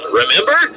remember